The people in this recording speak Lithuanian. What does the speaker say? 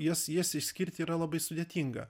jas jas išskirti yra labai sudėtinga